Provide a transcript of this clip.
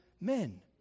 men